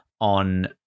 on